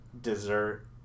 dessert